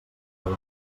molt